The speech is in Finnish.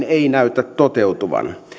ei näytä toteutuvan